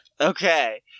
Okay